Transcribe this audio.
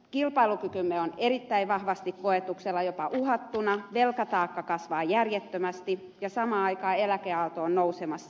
kilpailukykymme on erittäin vahvasti koetuksella jopa uhattuna velkataakka kasvaa järjettömästi ja samaan aikaan eläkeaalto on nousemassa